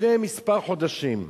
לפני כמה חודשים,